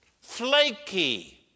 flaky